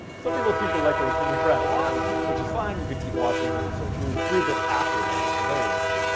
some people seem to like listening to prattle on. which is fine, you could keep watching if you so choose. read this after then, at the very least.